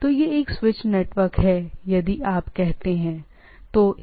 तो यह एक स्विच नेटवर्क है यदि आप कहते हैं ठीक है